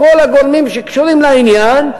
כל הגורמים שקשורים לעניין,